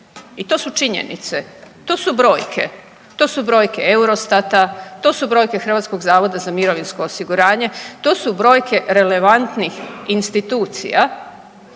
I to su činjenice. To su brojke. To su brojke Eurostata, to su brojke HZMO-a, to su brojke relevantnih institucija